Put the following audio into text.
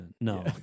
No